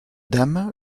dame